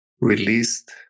released